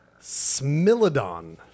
Smilodon